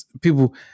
People